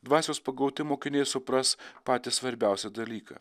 dvasios pagauti mokiniai supras patį svarbiausią dalyką